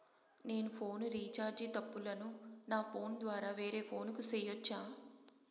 నేను phone recharge తప్పులను నా ఫోను ద్వారా వేరే ఫోను కు సేయొచ్చా?